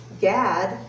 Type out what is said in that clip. Gad